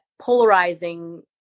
polarizing